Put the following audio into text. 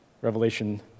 Revelation